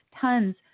Tons